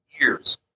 years